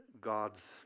God's